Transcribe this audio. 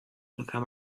become